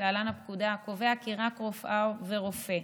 קובע כי רק רופאה ורופא,